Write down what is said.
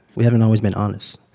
we haven't always been honest.